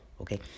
Okay